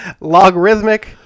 logarithmic